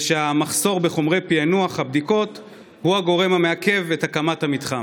שהמחסור בחומרי פענוח הבדיקות הוא הגורם המעכב את הקמת המתחם.